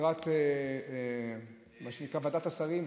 לקראת ועדת השרים,